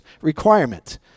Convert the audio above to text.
requirement